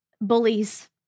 bullies